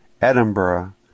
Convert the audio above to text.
Edinburgh